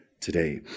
today